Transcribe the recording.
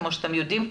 כמו שאתם יודעים,